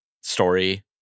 story